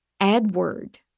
Edward